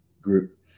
group